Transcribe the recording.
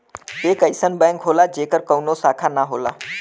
एक अइसन बैंक होला जेकर कउनो शाखा ना होला